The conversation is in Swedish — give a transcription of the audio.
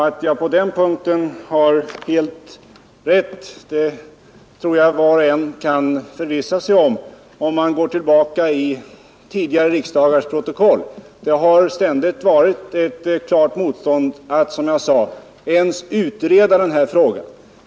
Att jag på denna punkt har helt rätt kan var och en som går tillbaka till tidigare riksdagars protokoll förvissa sig om. Det har ständigt varit ett klart motstånd mot att, som jag sade, ens utreda denna fråga.